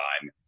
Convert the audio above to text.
time